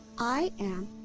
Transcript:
i am.